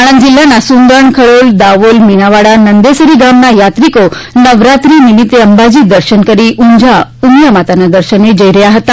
આણંદ જિલ્લાના સુંદણ ખડોળ દાવોલ મીનાવાડા નંદેસરી ગામના યાત્રિકો નવરાત્રિ નિમિત્તે અંબાજી દર્શન કરી ઉઝાં ઉમિયા માતાના દર્શને જઈ રહ્યા હતા